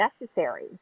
necessary